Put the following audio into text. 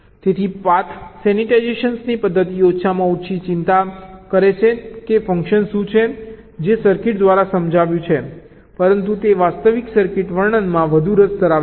તેથી પાથ સેન્સિટાઇઝેશનની પદ્ધતિ ઓછામાં ઓછી ચિંતા કરે છે કે ફંકશન શું છે જે સર્કિટ દ્વારા સમજાયું છે પરંતુ તે વાસ્તવિક સર્કિટ વર્ણનમાં વધુ રસ ધરાવે છે